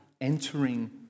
entering